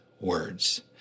words